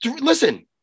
listen